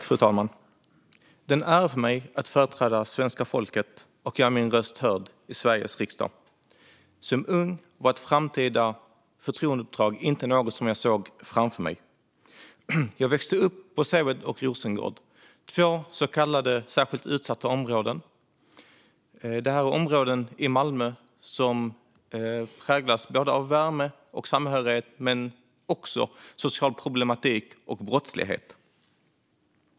Fru talman! Det är en ära för mig att företräda svenska folket och göra min röst hörd i Sveriges riksdag. Som ung var ett framtida förtroendeuppdrag inte något som jag såg framför mig. Jag växte upp på Seved och Rosengård - två så kallade särskilt utsatta områden i Malmö som präglas av värme och samhörighet men också av social problematik och brottslighet.